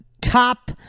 top